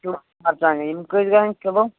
مَرژٕوانٛگَن یِم کۭتِس گَژھان کِلوٗ